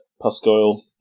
Puscoil